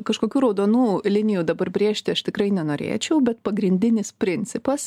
kažkokių raudonų linijų dabar brėžti aš tikrai nenorėčiau bet pagrindinis principas